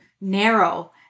narrow